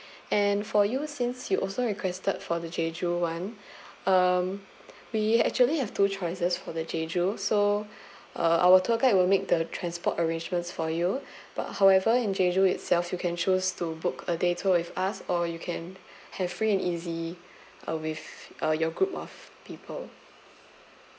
and for you since you also requested for the jeju one um we actually have two choices for the jeju so uh our tour guide will make the transport arrangements for you but however in jeju itself you can choose to book a day tour with us or you can have free and easy uh with uh your group of people